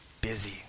busy